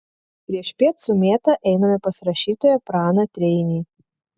priešpiet su mėta einame pas rašytoją praną treinį